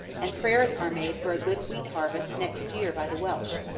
and prayers are made for a good wheat harvest next year by the welsh,